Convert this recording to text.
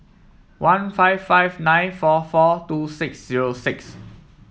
one five five nine four four two six zero six